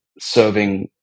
serving